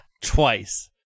Twice